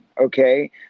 okay